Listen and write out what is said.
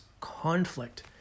conflict